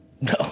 No